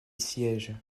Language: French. siège